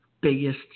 biggest